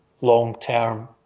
long-term